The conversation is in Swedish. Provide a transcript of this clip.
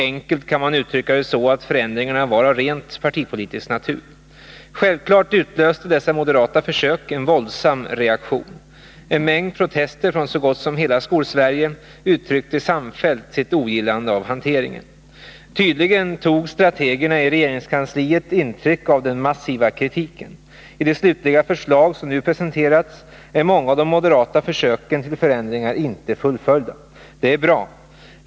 Enkelt kan man uttrycka det så, att förändringarna var av rent partipolitisk natur. Självfallet utlöste dessa moderata försök en våldsam reaktion. I en mängd protester från så gott som hela Skolsverige kom ett samfällt ogillande av hanteringen till uttryck. Tydligen tog strategerna i regeringskansliet intryck av den massiva kritiken. I det slutliga förslag som nu presenterats är många av de moderata försöken att göra förändringar i förslaget inte fullföljda. Det är bra.